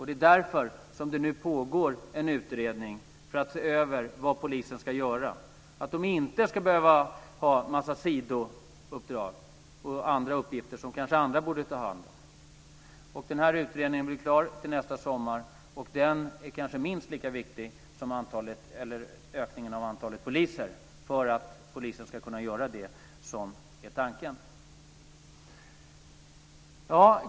Det är därför som det nu pågår en utredning för att se över vad polisen ska göra. De ska inte behöva ha en massa sidouppdrag och uppgifter som andra kanske borde ta hand om. Den här utredningen blir klar till nästa sommar. Den är kanske minst lika viktig som ökningen av antalet poliser för att polisen ska kunna göra det som är tanken.